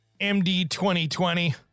MD-2020